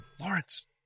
Lawrence